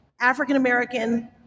african-american